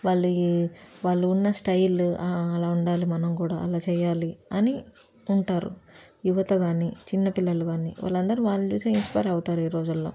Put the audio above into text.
వాళ్ళు ఈ వాళ్ళు ఉన్న స్టైలు ఆ అలా ఉండాలి మనం కూడా అలా చేయాలి అని ఉంటారు యువత కానీ చిన్న పిల్లలు కానీ వాళ్ళందరు వాళ్ళు చూసే ఇన్స్పైర్ అవుతారు ఈ రోజుల్లో